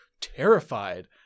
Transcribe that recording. terrified